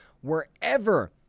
wherever